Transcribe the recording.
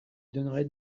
donnerai